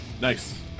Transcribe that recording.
Nice